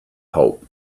hope